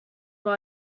they